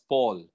Paul